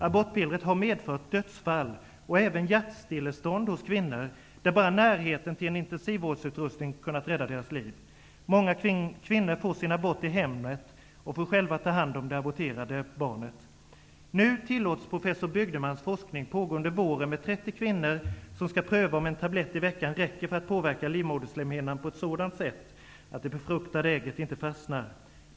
Abortpillret har medfört dödsfall och även hjärtstillestånd hos kvinnor, där bara närheten till intensivvårdsutrustning räddat deras liv. Många kvinnor får sin abort i hemmet och får själva ta hand om det aborterade barnet. Nu tillåts professor Bygdemans forskning pågå under våren med 30 kvinnor som skall pröva om en tablett i veckan räcker för att påverka livmoderslemhinnan på ett sådant sätt att det befruktade ägget inte fastnar.